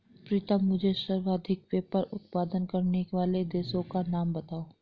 प्रीतम मुझे सर्वाधिक पेपर उत्पादन करने वाले देशों का नाम बताओ?